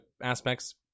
aspects